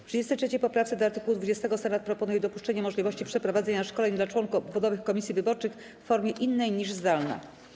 W 33. poprawce do art. 20 Senat proponuje dopuszczenie możliwości przeprowadzenia szkoleń dla członków obwodowych komisji wyborczych w formie innej niż zdalna.